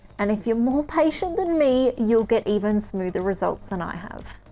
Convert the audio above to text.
and if you're more patient than me, you'll get even smoother results than i have.